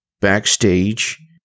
backstage